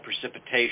precipitation